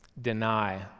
deny